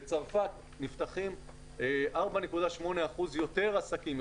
בצרפת נפתחים 4.8 אחוזים יותר עסקים,